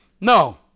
No